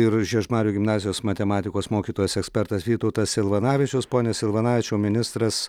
ir žiežmarių gimnazijos matematikos mokytojas ekspertas vytautas silvanavičius pone silvanavičiau ministras